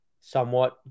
somewhat